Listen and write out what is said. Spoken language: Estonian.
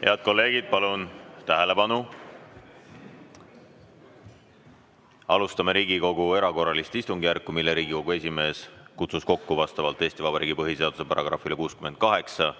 Head kolleegid, palun tähelepanu! Alustame Riigikogu erakorralist istungjärku, mille Riigikogu esimees kutsus kokku vastavalt Eesti Vabariigi põhiseaduse §-le 68